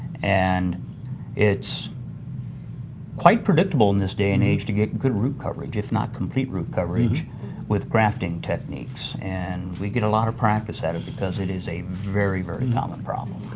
and it's quite predictable in this day and age to get good root coverage, if not complete root coverage with grafting techniques and we get a lot of practice out of it because it is a very, very common problem.